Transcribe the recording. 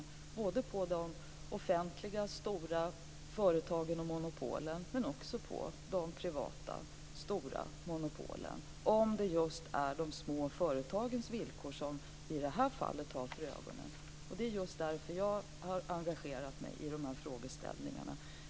Vi måste titta på de stora offentliga företagen och monopolen, men också på de stora privata monopolen om det är de små företagens villkor som vi har för ögonen. Det är just därför som jag har engagerat mig i de här frågeställningarna.